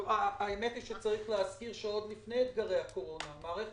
צריך להזכיר שעוד לפני אתגרי הקורונה מערכת